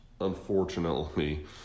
Unfortunately